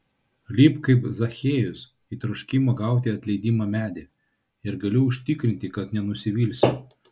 lipk kaip zachiejus į troškimo gauti atleidimą medį ir galiu užtikrinti kad nenusivilsi